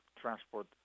Transport